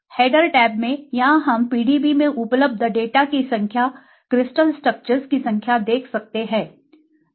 header tab में यहां हम PDB में उपलब्ध डाटा की संख्या क्रिस्टल स्ट्रक्चरस की संख्या देख सकते हैं जिन्हें जमा किया गया है